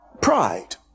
Pride